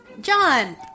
John